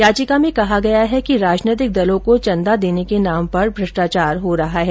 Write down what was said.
याचिका में कहा गया है कि राजनैतिक दलों को चंदा देने के नाम पर भ्रष्टाचार हो रहा है